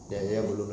mm habis